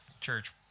church